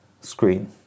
screen